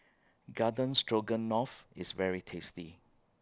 Garden Stroganoff IS very tasty